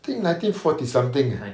think nineteen forty something ah